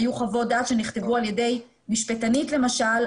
היו חוות דעת שנכתבו על ידי משפטנית למשל,